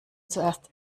zuerst